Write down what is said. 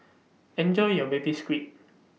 Enjoy your Baby Squid